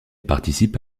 participe